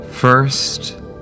First